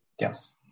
Yes